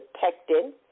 pectin